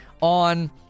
on